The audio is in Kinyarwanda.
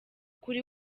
kuri